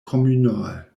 communal